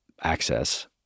access